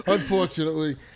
Unfortunately